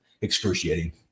excruciating